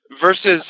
versus